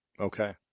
Okay